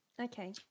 Okay